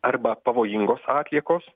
arba pavojingos atliekos